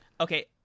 okay